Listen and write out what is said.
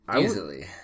Easily